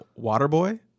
Waterboy